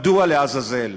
מדוע, לעזאזל?